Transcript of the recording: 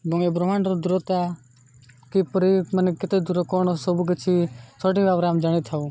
ଏବଂ ଏ ବ୍ରହ୍ମାଣ୍ଡର ଦୂରତା କିପରି ମାନେ କେତେ ଦୂର କ'ଣ ସବୁ କିଛି ସଠିକ୍ ଭାବରେ ଆମେ ଜାଣିଥାଉ